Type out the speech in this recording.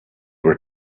were